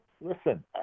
listen